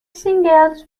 singles